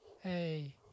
hey